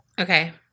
Okay